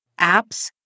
apps